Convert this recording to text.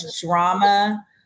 drama